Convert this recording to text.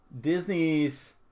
Disney's